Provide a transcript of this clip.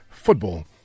football